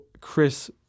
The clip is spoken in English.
Chris